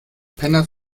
penner